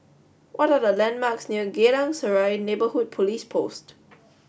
what are the landmarks near Geylang Serai Neighbourhood Police Post